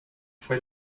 fue